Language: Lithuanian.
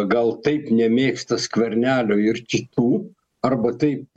gal taip nemėgsta skvernelio ir kitų arba taip